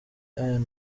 ian